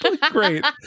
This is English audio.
Great